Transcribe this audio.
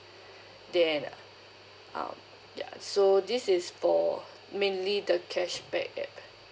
then um ya so this is so mainly the cashback